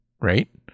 right